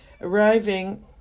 Arriving